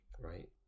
Right